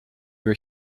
were